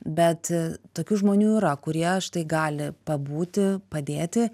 bet tokių žmonių yra kurie štai gali pabūti padėti